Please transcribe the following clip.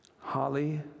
Holly